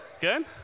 Good